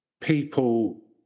people